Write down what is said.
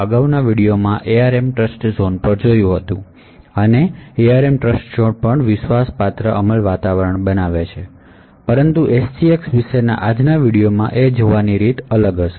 અગાઉના વિડિઓમાં આપણે ARM ટ્રસ્ટઝોન જોયું હતું અને ARM ટ્રસ્ટઝોન પણ ટૃસ્ટેડ એકજિકયુંસન એન્વાયરમેન્ટ બનાવે છે પરંતુ SGX વિશેની આજના વિડિઓમાં તે અલગ રીતે જોઈશું